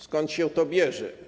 Skąd się to bierze?